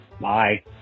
Bye